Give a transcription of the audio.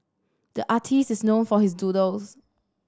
the artist is known for his doodles